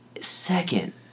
Second